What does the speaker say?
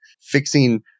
fixing